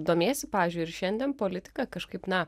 domiesi pavyzdžiui ir šiandien politika kažkaip na